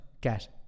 get